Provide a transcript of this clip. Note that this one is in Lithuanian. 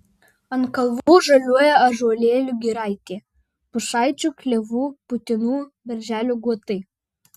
ant kalvų žaliuoja ąžuolėlių giraitė pušaičių klevų putinų berželių guotai